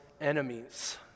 enemies